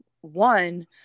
one